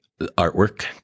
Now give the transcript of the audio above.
artwork